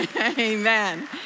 Amen